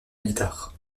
guitare